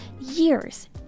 Years